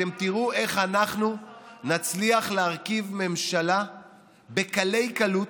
אתם תראו איך אנחנו נצליח להרכיב ממשלה בקלי קלות,